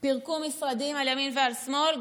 פירקו משרדים על ימין ועל שמאל.